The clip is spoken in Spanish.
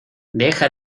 deja